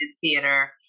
theater